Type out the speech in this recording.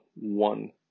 one